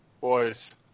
Boys